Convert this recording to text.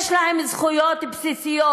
יש להם זכויות בסיסיות.